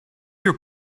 your